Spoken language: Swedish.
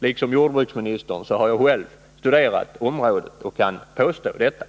Liksom jordbruksministern har jag själv studerat området och kan påstå detta.